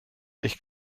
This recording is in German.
ich